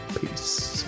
Peace